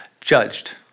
judged